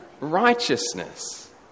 righteousness